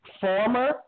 Former